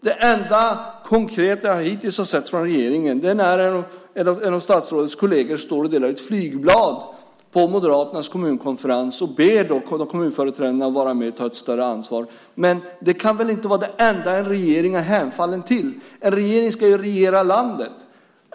Det enda konkreta jag hittills har sett från regeringen var när en av statsrådets kolleger stod och delade ut flygblad på Moderaternas kommunkonferens och bad kommunföreträdarna att vara med och ta ett större ansvar. Det kan väl inte vara det enda som en regering ska hemfalla till? En regering ska ju regera landet.